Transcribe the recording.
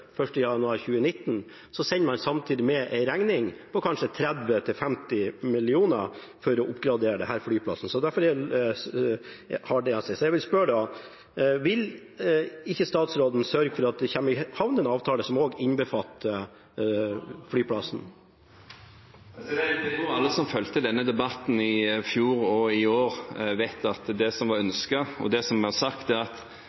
1. januar 2019, sender man samtidig med en regning på kanskje 30–50 mill. kr for å oppgradere denne flyplassen. Så da jeg vil spørre: Vil ikke statsråden sørge for at det kommer i havn en avtale som også innbefatter flyplassen? Jeg tror alle som fulgte denne debatten i fjor og i år, vet at det som var ønsket og det som vi har sagt, er at